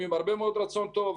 הם עם הרבה מאוד רצון טוב.